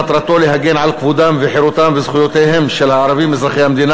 מטרתו להגן על כבודם וחירותם וזכויותיהם של הערבים אזרחי המדינה,